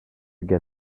get